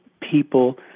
people